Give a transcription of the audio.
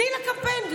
תני לקמפיין.